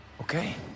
okay